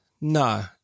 No